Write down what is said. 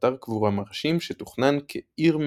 ואתר קבורה מרשים שתוכנן כ"עיר מתים",